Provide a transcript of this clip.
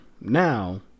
now